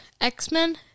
X-Men